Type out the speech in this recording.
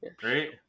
Great